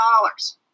dollars